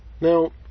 Now